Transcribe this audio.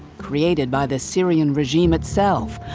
created by the syrian regime itself,